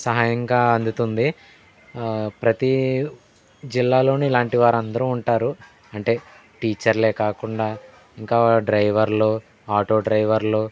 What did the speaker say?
సహాయంగా అందుతుంది ప్రతి జిల్లాలోనూ ఇలాంటి వారు అందరూ ఉంటారు అంటే టీచర్లే కాకుండా ఇంకా డ్రైవర్లు ఆటో డ్రైవర్లు